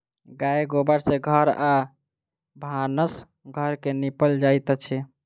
गाय गोबर सँ घर आ भानस घर के निपल जाइत अछि